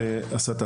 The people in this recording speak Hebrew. הסתה.